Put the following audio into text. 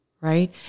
right